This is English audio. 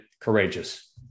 courageous